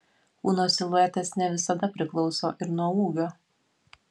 kūno siluetas ne visada priklauso ir nuo ūgio